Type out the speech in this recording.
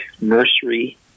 nursery